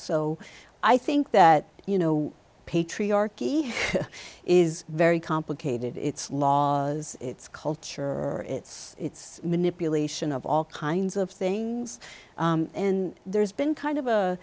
so i think that you know patriarchy is very complicated it's laws it's culture or it's it's manipulation of all kinds of things and there's been kind of a